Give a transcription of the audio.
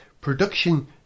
production